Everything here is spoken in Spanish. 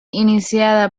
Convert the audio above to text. iniciada